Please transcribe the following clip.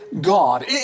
God